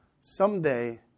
Someday